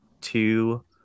two